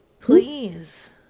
Please